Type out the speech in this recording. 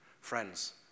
Friends